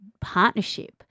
partnership